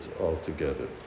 altogether